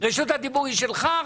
רשות הדיבור היא שלך,